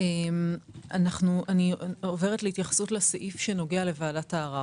אני עוברת להתייחס לסעיף שנוגע לוועדת הערר.